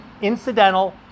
incidental